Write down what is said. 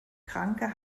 kranke